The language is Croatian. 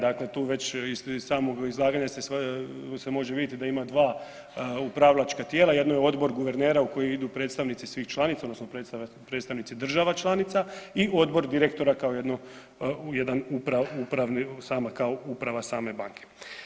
Dakle, tu već iz samog izlaganja se može vidjeti da ima dva upravljačka tijela, jedno je Odbor guvernera u koji idu predstavnici svih članica odnosno predstavnici država članica i Odbor direktora kao jedno, jedan upravni, sama kao uprava same banke.